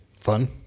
Fun